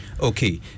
Okay